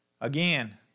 Again